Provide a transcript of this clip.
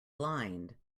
blind